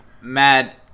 mad